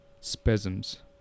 spasms